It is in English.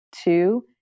two